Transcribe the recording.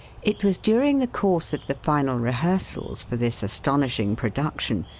it was during the course of the final rehearsals for this astonishing production,